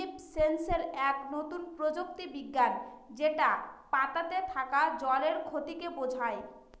leaf sensor এক নতুন প্রযুক্তি বিজ্ঞান যেটা পাতাতে থাকা জলের ক্ষতিকে বোঝায়